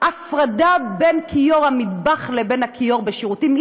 הפרדה בין כיור המטבח לבין הכיור בשירותים,